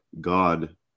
God